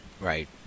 Right